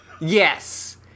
Yes